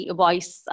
voice